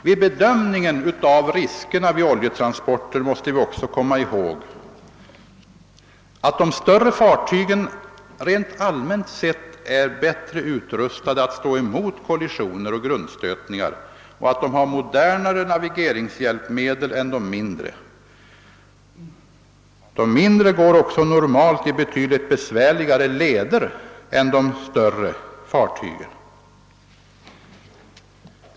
Vid bedömningen av riskerna vid oljetransporter måste vi också komma ihåg att de större fartygen allmänt sett är bättre utrustade att stå emot kollisioner och grundstötningar och att de har modernare navigeringshjälpmedel än de mindre. De mindre går också normalt i betydligt besvärligare farleder än de större fartygen.